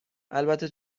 البته